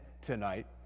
tonight